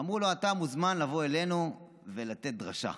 אמרו לו: אתה מוזמן לבוא אלינו ולתת דרשה,